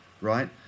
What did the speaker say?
right